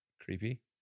creepy